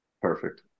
Perfect